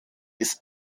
ist